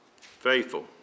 faithful